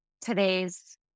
today's